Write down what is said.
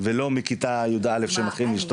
הרי יש את